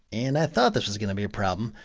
and i thought this was going to be a problem.